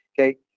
okay